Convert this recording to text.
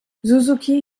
suzuki